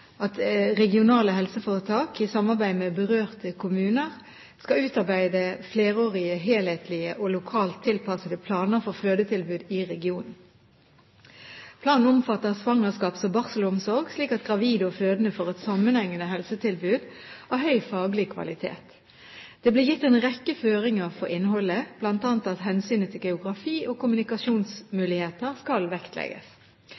at regionale helseforetak i samarbeid med berørte kommuner skal utarbeide flerårige, helhetlige og lokalt tilpassede planer for fødetilbud i regionen. Planen omfatter svangerskaps- og barselomsorg, slik at gravide og fødende får et sammenhengende helsetilbud av høy faglig kvalitet. Det ble gitt en rekke føringer for innholdet, bl.a. at hensynet til geografi og